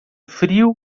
frio